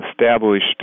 established